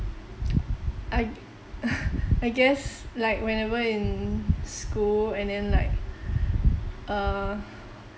I g~ I guess like whenever in school and then like err